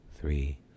three